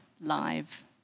live